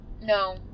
No